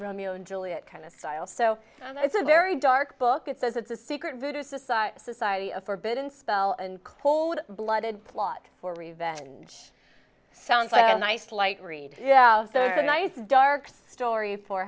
romeo and juliet kind of style so it's a very dark book it says it's a secret society a forbidden spell and cold blooded plot for revenge sounds like a nice light read nice dark story for